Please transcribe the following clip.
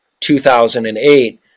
2008